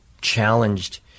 challenged